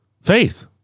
Faith